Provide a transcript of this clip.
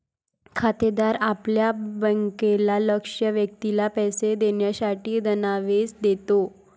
खातेदार आपल्या बँकेला लक्ष्य व्यक्तीला पैसे देण्यासाठी धनादेश देतो